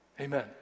Amen